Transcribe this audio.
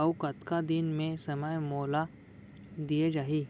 अऊ कतका दिन में समय मोल दीये जाही?